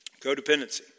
codependency